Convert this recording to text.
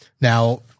Now